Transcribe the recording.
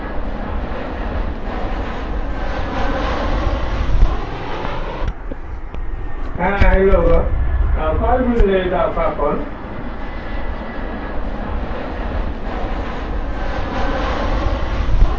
ᱦᱮᱸ ᱦᱮᱞᱳ ᱚᱠᱚᱭᱵᱤᱱ ᱞᱟᱹᱭᱫᱟ ᱚᱠᱟ ᱠᱷᱚᱱ